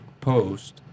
post